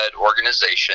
organization